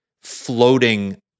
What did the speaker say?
floating